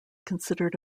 considered